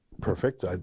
perfect